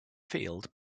field